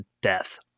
death